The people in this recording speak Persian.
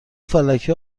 فلکه